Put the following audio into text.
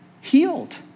healed